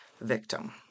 victim